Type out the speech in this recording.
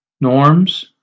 norms